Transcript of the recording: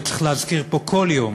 וצריך להזכיר פה כל יום